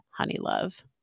Honeylove